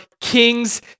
king's